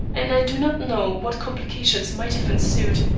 and i do not know what complications might have ensued,